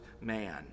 man